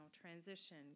transition